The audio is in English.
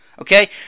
Okay